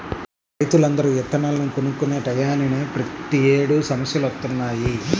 రైతులందరూ ఇత్తనాలను కొనుక్కునే టైయ్యానినే ప్రతేడు సమస్యలొత్తన్నయ్